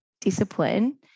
discipline